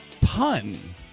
pun